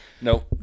Nope